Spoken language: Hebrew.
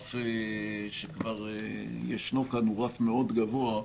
שהרף שכבר ישנו כאן הוא רף מאוד גבוה,